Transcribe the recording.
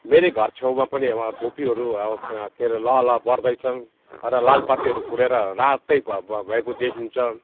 मेरो घर छेउमा पनि अब धुप्पीहरू के अरे लह लह बढ्दैछन् र लालुपातेहरू फुलेर रातै भयो भयो भएको देखिन्छ